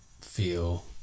feel